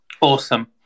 Awesome